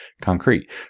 concrete